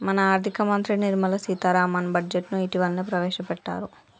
మన ఆర్థిక మంత్రి నిర్మల సీతారామన్ బడ్జెట్ను ఇటీవలనే ప్రవేశపెట్టారు